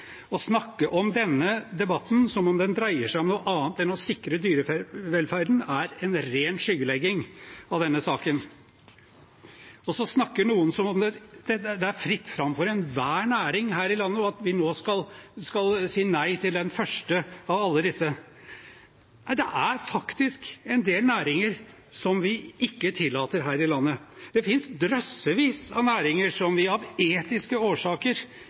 Å snakke om denne debatten som om den dreier seg om noe annet enn å sikre dyrevelferden, er en ren skyggelegging av denne saken. Så snakker noen som om det er fritt fram for enhver næring her i landet, og at vi nå skal si nei til den første av alle disse. Nei, det er en del næringer som vi ikke tillater her i landet. Det finnes drøssevis av næringer som vi av etiske årsaker